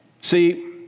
See